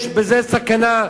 יש בזה סכנה.